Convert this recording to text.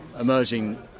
Emerging